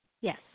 Yes